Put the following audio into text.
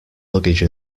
luggage